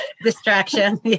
Distraction